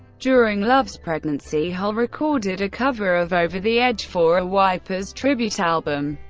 during love's pregnancy, hole recorded a cover of over the edge for a wipers tribute album,